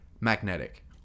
magnetic